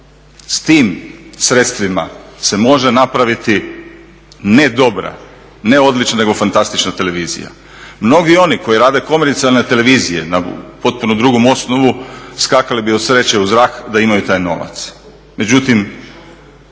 s tim sredstvima se može napraviti ne dobra, ne odlična nego fantastična televizija. Mnogi oni koji rade komercijalne televizije na potpuno drugom osnovu, skakali bi od sreće u zrak da imaju taj novaca. Međutim